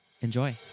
enjoy